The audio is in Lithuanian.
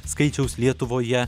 skaičiaus lietuvoje